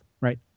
right